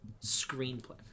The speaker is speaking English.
screenplay